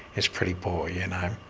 it's pretty poor. you know